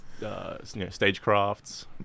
stagecrafts